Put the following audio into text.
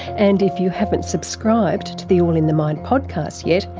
and if you haven't subscribed to the all in the mind podcast yet,